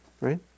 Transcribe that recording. right